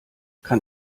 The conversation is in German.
kann